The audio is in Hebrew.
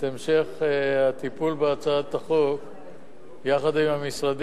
המשך הטיפול בהצעת החוק עם המשרדים,